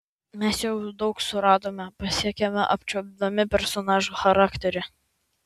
mes jau daug suradome pasiekėme apčiuopdami personažo charakterį